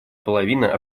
половина